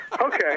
Okay